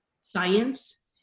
science